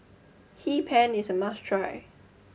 Hee Pan is a must try